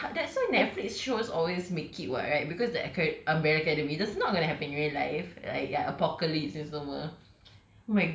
ah like that's why Netflix shows always make it [what] right because the aca~ umbrella academy is not going to happen in real life like ya apocalypse ini semua